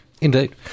Indeed